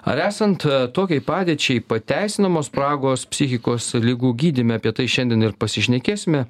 ar esant tokiai padėčiai pateisinamos spragos psichikos ligų gydyme apie tai šiandien ir pasišnekėsime